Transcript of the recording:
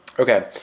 Okay